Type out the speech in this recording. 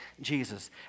Jesus